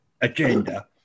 agenda